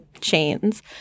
chains